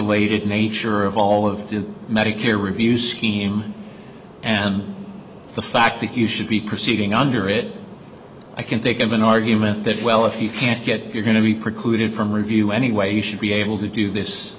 ridiculous aided nature of all of the medicare review scheme and the fact that you should be proceeding under it i can think of an argument that well if you can't get you're going to be precluded from review anyway you should be able to do this